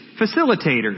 facilitators